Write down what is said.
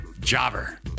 Jobber